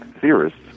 theorists